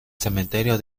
cementerio